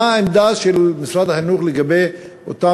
מה העמדה של משרד החינוך לגבי אותם